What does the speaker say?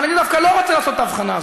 אבל אני דווקא לא רוצה לעשות את ההבחנה הזאת.